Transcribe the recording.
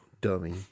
Dummy